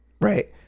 Right